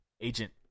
Agent